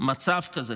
מצב כזה.